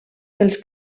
pels